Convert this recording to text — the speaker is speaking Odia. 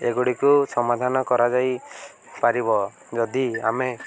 ଏଗୁଡ଼ିକୁ ସମାଧାନ କରାଯାଇ ପାରିବ ଯଦି ଆମେ